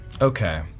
Okay